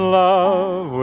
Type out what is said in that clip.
love